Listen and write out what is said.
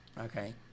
Okay